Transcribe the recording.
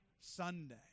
Sunday